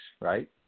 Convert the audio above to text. right